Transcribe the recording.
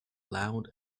loud